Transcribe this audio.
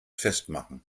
festmachen